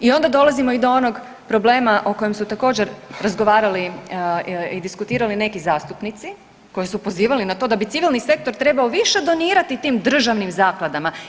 I onda dolazimo i do onog problema o kojem su također razgovarali i diskutirali neki zastupnici koji su pozivali na to da bi civilni sektor trebao više donirati tim državnim zakladama.